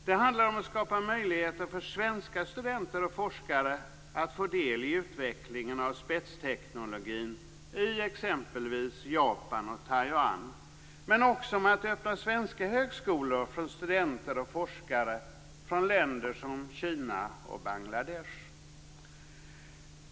Det handlar om att skapa möjligheter för svenska studenter och forskare att få del av utvecklingen i spetsteknologi i exempelvis Japan och Taiwan, men också om att öppna svenska högskolor för studenter och forskare från länder som Kina och Bangladesh.